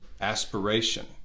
aspiration